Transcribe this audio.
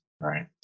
right